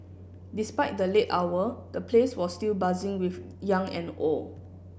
despite the late hour the place was still buzzing with young and old